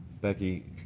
Becky